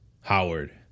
Howard